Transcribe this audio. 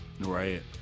Right